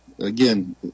Again